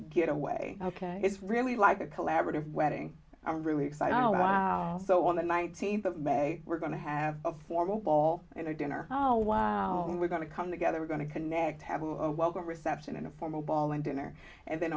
get away ok it's really like a collaborative wedding i'm really excited about so on the nineteenth of may we're going to have a formal ball you know dinner oh wow we're going to come together we're going to connect have a welcome reception in a formal ball and dinner and then